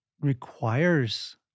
requires